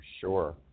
sure